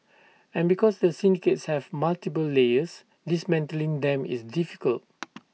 and because the syndicates have multiple layers dismantling them is difficult